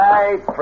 Right